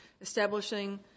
establishing